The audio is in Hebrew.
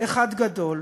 אחד גדול.